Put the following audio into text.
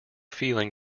feeling